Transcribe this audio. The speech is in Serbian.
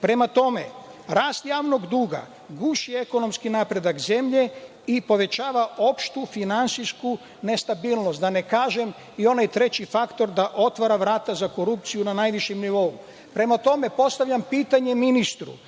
tome, rast javnog duga guši ekonomski napredak zemlje i povećava opštu finansijsku nestabilnost, da ne kažem i onaj treći faktor, da otvara vrata za korupciju na najvišem nivou. Prema tome, postavljam pitanje ministru